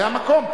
זה המקום,